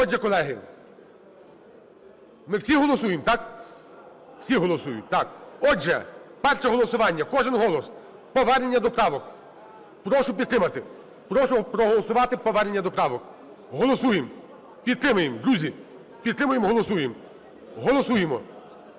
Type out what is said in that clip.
Отже, колеги, ми всі голосуємо, так? Так. Отже, перше голосування, кожен голос – повернення до правок. Прошу підтримати, прошу проголосувати повернення до правок. Голосуємо, підтримаємо, друзі! Підтримаємо, голосуємо. Голосуємо.